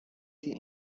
sie